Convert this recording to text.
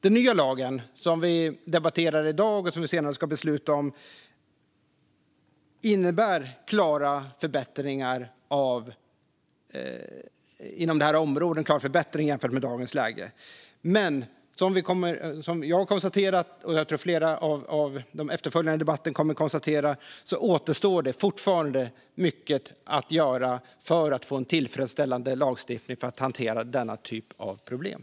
Den nya lag som vi debatterar i dag och som vi senare ska besluta om innebär en klar förbättring på detta område jämfört med dagens läge, men som jag har konstaterat och som jag tror kommer att konstateras i flera av de efterföljande debatterna återstår fortfarande mycket att göra för att få en tillfredsställande lagstiftning för att hantera denna typ av problem.